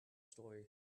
story